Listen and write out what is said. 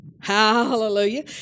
Hallelujah